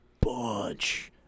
bunch